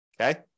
Okay